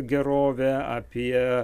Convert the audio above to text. gerovę apie